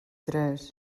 tres